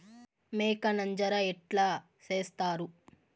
మేక నంజర ఎట్లా సేస్తారు?